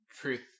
truth